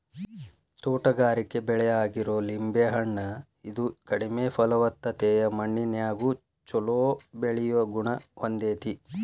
ತೋಟಗಾರಿಕೆ ಬೆಳೆ ಆಗಿರೋ ಲಿಂಬೆ ಹಣ್ಣ, ಇದು ಕಡಿಮೆ ಫಲವತ್ತತೆಯ ಮಣ್ಣಿನ್ಯಾಗು ಚೊಲೋ ಬೆಳಿಯೋ ಗುಣ ಹೊಂದೇತಿ